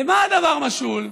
למה הדבר משול?